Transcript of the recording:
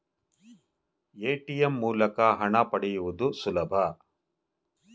ATM ಮೂಲಕ ಹಣ ಪಡೆಯುವುದು ಸುಲಭ